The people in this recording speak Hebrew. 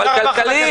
מבחינה כלכלית,